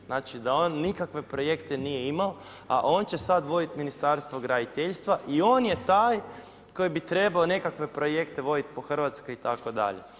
Znači da on nikakve projekte nije imao, a on će sada voditi Ministarstvo graditeljstva i on je taj koji bi trebao nekakve projekte voditi po Hrvatskoj itd.